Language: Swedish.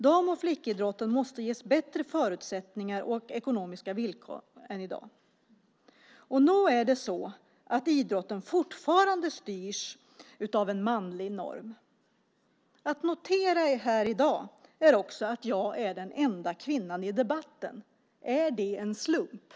Dam och flickidrotten måste ges bättre förutsättningar och ekonomiska villkor än i dag. Nog är det så att idrotten fortfarande styrs av en manlig norm. Jag kan notera här i dag att jag är den enda kvinnan i debatten. Är det en slump?